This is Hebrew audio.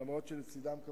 אף שלצדם יש,